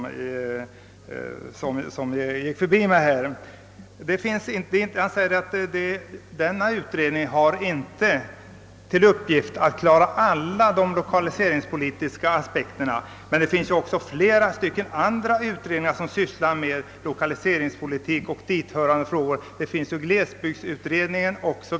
Herr Fälldin sade att utredningen inte har till uppgift att ta upp alla de lokaliseringspolitiska aspekterna, men det finns ju också flera andra utredningar som ägnar sig åt lokaliseringspo litik och dithörande frågor, t.ex. glesbygdsutredningen.